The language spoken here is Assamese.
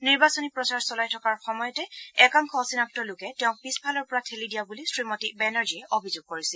নিৰ্বাচনী প্ৰচাৰ চলাই থকাৰ সময়তে একাংশ অচিনাক্ত লোকে তেওঁক পিছফালৰ পৰা ঠেলি দিয়া বুলি শ্ৰীমতী বেনাৰ্জীয়ে অভিযোগ কৰিছিল